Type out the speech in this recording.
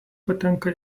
patenka